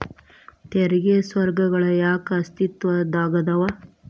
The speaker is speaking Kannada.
ತೆರಿಗೆ ಸ್ವರ್ಗಗಳ ಯಾಕ ಅಸ್ತಿತ್ವದಾಗದವ